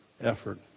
effort